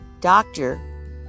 doctor